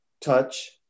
touch